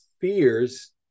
fears